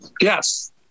Yes